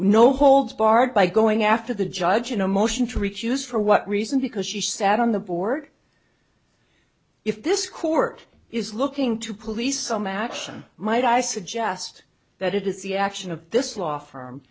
no holds barred by going after the judge in a motion to recuse for what reason because she sat on the board if this court is looking to police some action might i suggest that it is the action of this law firm